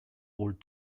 old